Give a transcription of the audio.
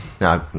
No